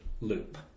loop